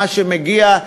מה שמגיע,